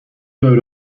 دعایی